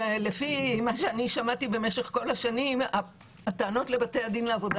לפי מה ששמעתי במשך כל השנים הטענות לבתי הדין לעבודה